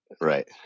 right